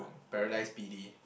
Paradise BP_D